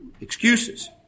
excuses